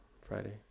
Friday